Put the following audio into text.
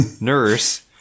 nurse